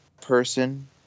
person